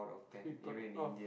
free perk oh